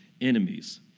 enemies